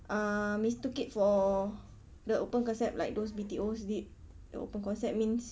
uh mistook it for the open concept like those B_T_Os did the open concept means